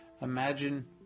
Imagine